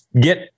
get